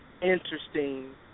interesting